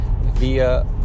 via